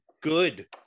Good